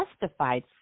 justified